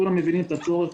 כולם מבינים את הצורך,